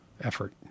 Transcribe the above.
effort